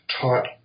taught